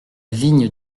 vigne